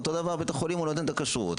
אותו דבר בית החולים, הוא נותן את הכשרות.